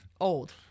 old